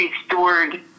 restored